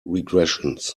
regressions